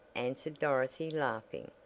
answered dorothy, laughing.